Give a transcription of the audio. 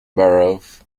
borough